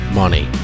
money